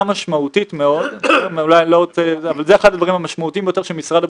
השעה 9:38. אני פותחת את ישיבת הוועדה המשותפת של ועדת העבודה,